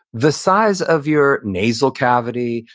the size of your nasal cavity,